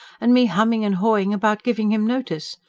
and me humming and hawing about giving him notice!